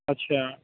اچھا